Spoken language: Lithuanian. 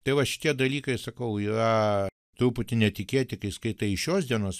tai va šitie dalykai sakau yra truputį netikėti kai skaitai iš šios dienos